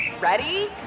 Ready